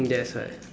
that's right